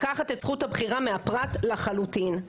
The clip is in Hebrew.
לקחת את זכות הבחירה מהפרט לחלוטין.